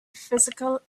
physical